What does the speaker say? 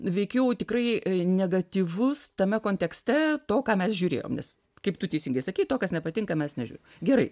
veikiau tikrai negatyvus tame kontekste to ką mes žiūrėjom nes kaip tu teisingai sakei to kas nepatinka mes nežiūrim gerai